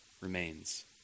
remains